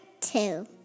two